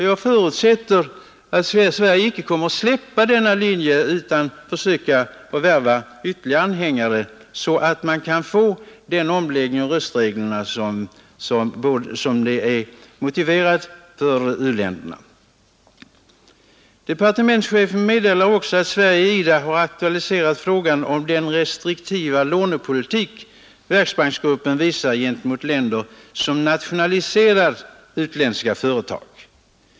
Jag förutsätter att Sverige icke kommer att frångå denna linje utan försöker att värva ytterligare anhängare, så att man kan få den omläggning av röstreglerna som är motiverad för u-länderna. Departementschefen meddelar också att Sverige i IDA har aktualiserat frågan om den restriktiva lånepolitik som Världsbanksgruppen för gentemot länder som nationaliserar utländska företag.